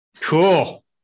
cool